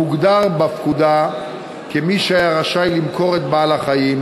המוגדר בפקודה כמי שהיה רשאי למכור את בעל-החיים